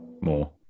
More